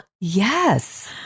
Yes